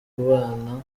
kubana